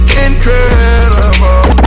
incredible